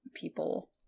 people